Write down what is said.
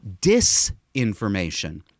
Disinformation